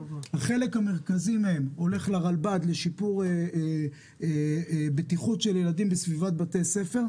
חלק מרכזי מהם הולך לרלב"ד לשיפור בטיחות של ילדים בסביבת בתי ספר,